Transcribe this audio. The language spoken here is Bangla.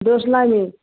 দোসরা মে